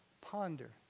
ponder